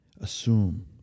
assume